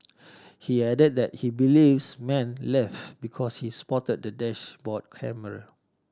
he added that he believes man left because he spotted the dashboard camera